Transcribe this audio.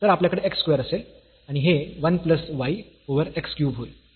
तर आपल्याकडे x square असेल आणि हे 1 plus y over x cube होईल